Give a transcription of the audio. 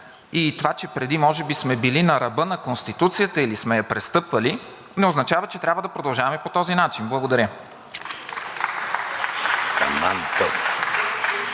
и това, че преди може би сме били на ръба на Конституцията или сме я престъпвали, не означава, че трябва да продължаваме по този начин. Благодаря.